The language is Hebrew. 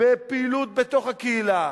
בפעילות בתוך הקהילה,